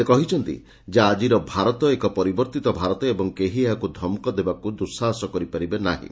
ସେ କହିଛନ୍ତି ଯେ ଆଜିର ଭାରତ ଏକ ପରିବର୍ତ୍ତିତ ଭାରତ ଏବଂ କେହି ଏହାକୁ ଧମକ ଦେବାକୁ ଦୁଃସାହସ କରିପାରିବ ନାହିଁ